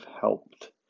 helped